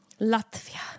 Latvia